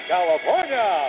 California